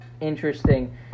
interesting